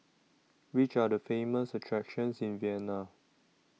Which Are The Famous attractions in Vienna